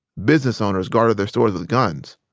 business owners guarded their stores with guns.